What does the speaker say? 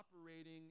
operating